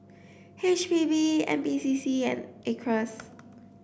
H P B N P C C and Acres